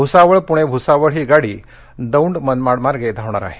भुसावळ पुणे भुसावळ ही गाडी दौंड मनमाड मार्गे धावणार आहे